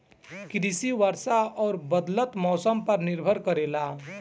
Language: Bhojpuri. कृषि वर्षा और बदलत मौसम पर निर्भर करेला